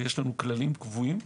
ויש לנו כללים קבועים,